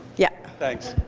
yeah. thanks.